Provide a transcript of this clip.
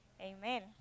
Amen